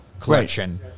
collection